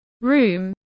Room